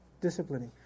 disciplining